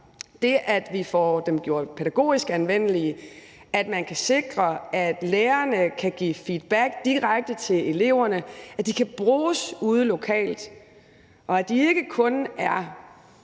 til at vi får gjort dem pædagogisk anvendelige, at man kan sikre, at lærerne kan give feedback direkte til eleverne, at de kan bruges ude lokalt, og at de ikke kun er